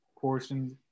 portions